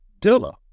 Dilla